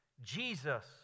Jesus